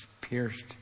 pierced